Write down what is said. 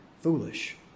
foolish